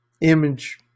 image